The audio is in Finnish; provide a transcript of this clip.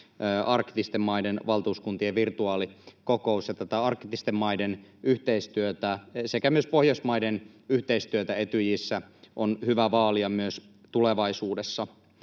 arktisten maiden valtuuskuntien virtuaalikokous. Tätä arktisten maiden yhteistyötä sekä myös Pohjoismaiden yhteistyötä Etyjissä on hyvä vaalia myös tulevaisuudessa.